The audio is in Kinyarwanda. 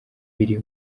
biri